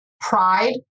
pride